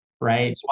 Right